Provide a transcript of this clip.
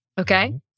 Okay